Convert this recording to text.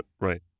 Right